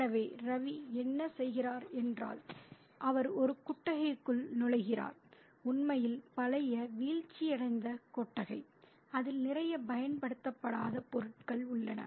எனவே ரவி என்ன செய்கிறார் என்றால் அவர் ஒரு கொட்டகைக்குள் நுழைகிறார் உண்மையில் பழைய வீழ்ச்சியடைந்த கொட்டகை அதில் நிறைய பயன்படுத்தப்படாத பொருட்கள் உள்ளன